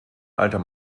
alter